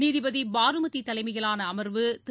நீதிபதி பானுமதி தலைமையிலான அமர்வு திரு